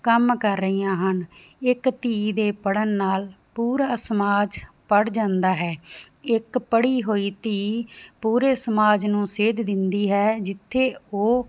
ਕੰਮ ਕਰ ਰਹੀਆਂ ਹਨ ਇੱਕ ਧੀ ਦੇ ਪੜਨ ਨਾਲ ਪੂਰਾ ਸਮਾਜ ਪੜ ਜਾਂਦਾ ਹੈ ਇੱਕ ਪੜੀ ਹੋਈ ਧੀ ਪੂਰੇ ਸਮਾਜ ਨੂੰ ਸੇਧ ਦਿੰਦੀ ਹੈ ਜਿੱਥੇ ਉਹ